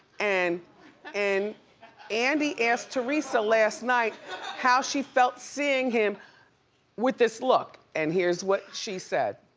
and and andy asked theresa last night how she felt seeing him with this look and here's what she said.